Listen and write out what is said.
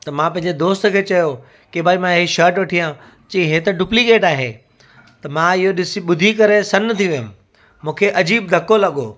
त मां पंहिंजे दोस्त खे चयो की भई मां इहा शर्ट वठी आयमि चई इहा त डुपलीकेट आहे त मां इहो ॾिसी ॿुधी करे सन थी वियुमि मूंखे अजीब धको लॻो